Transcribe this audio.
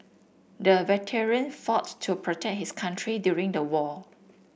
the veteran fought to protect his country during the war